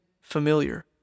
familiar